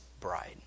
bride